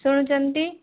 ଶୁଣୁଛନ୍ତି